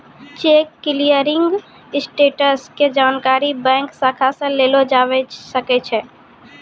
cheque clearing status के जानकारी bank शाखा से लेलो जाबै सकै छै